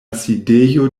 sidejo